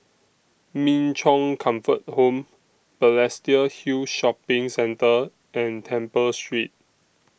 Min Chong Comfort Home Balestier Hill Shopping Centre and Temple Street